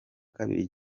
kabiri